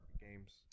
games